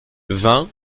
vingt